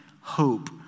hope